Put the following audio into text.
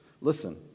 listen